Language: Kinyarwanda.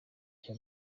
cya